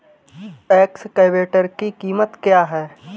Excavator की कीमत क्या है?